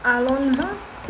Alonza